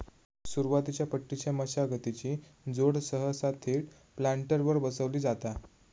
सुरुवातीच्या पट्टीच्या मशागतीची जोड सहसा थेट प्लांटरवर बसवली जाता